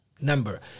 number